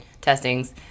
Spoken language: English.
testings